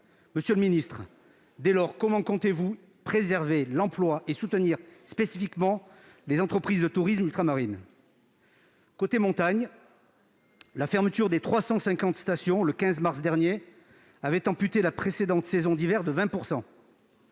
monsieur le secrétaire d'État, comment comptez-vous préserver l'emploi et soutenir spécifiquement les entreprises de tourisme ultramarines ? Côté montagne, la fermeture, le 15 mars dernier, des 350 stations, avait amputé la précédente saison d'hiver de 20 %.